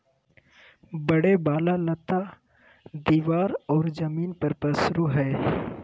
बढ़े वाला लता दीवार और जमीन पर पसरो हइ